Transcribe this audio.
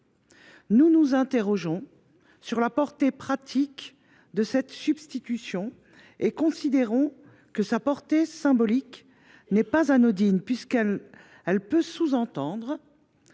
Nous nous interrogeons sur la portée pratique de cette substitution et considérons que sa portée symbolique n’est pas anodine, puisqu’elle peut sous entendre